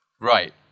Right